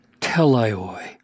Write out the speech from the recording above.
teleoi